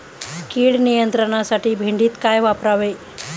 कीड नियंत्रणासाठी भेंडीत काय वापरावे?